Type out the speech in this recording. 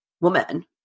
woman